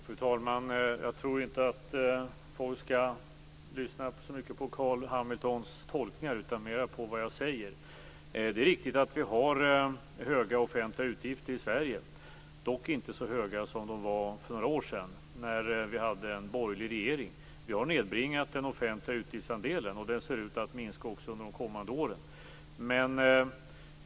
Fru talman! Jag tror inte att folk skall lyssna så mycket på Carl B Hamiltons tolkningar, utan mer på vad jag säger. Det är riktigt att vi har höga offentliga utgifter i Sverige - dock inte så höga som de var för några år sedan när landet hade en borgerlig regering. Vi har nedbringat den offentliga utgiftsandelen, och den ser ut att minska också under de kommande åren.